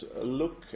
look